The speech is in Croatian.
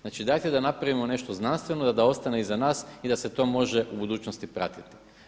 Znači, dajte da napravimo nešto znanstveno da ostane iza nas i da se to može u budućnosti pratiti.